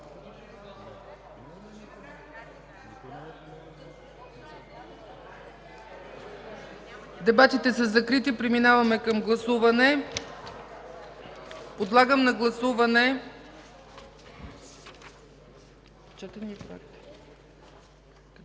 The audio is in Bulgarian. Дебатите са закрити, преминаваме към гласуване. Поставям на първо гласуване